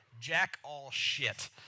jack-all-shit